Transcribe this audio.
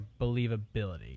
believability